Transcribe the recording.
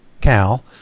Cal